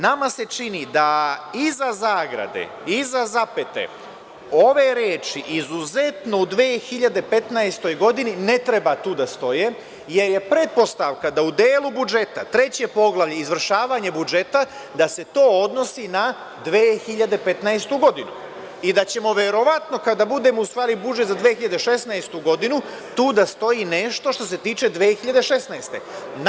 Nama se čini da iza zagrade, iza zapete, ove reči: „izuzetno u 2015. godini“ ne treba tu da stoje, jer je pretpostavka da u delu budžeta, Treće poglavlje, Izvršavanje budžeta, da se to odnosi na 2015. godinu i da ćemo verovatno kada budemo usvajali budžet za 2016. godinu tu da stoji nešto što se tiče 2016. godine.